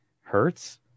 Hertz